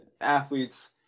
athletes